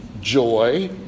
joy